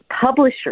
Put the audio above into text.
publisher